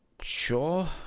Sure